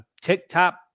TikTok